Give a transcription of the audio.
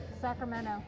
Sacramento